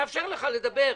נאפשר לך לדבר.